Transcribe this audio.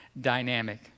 dynamic